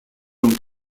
ont